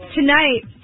tonight